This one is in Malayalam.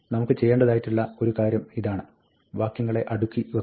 നമുക്ക് ചെയ്യേണ്ടതായിട്ടുള്ള ഒരു കാര്യം ഇതാണ് വാക്യങ്ങളെ അടുക്കി വെക്കുക